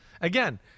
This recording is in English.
Again